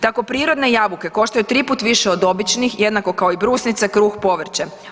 Tako prirodne jabuke koštaju triput više od običnih, jednako kako i brusnice, kruh, povrće.